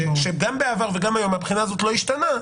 שגם בעבר וגם היום מהבחינה הזאת לא השתנה,